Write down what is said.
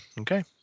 Okay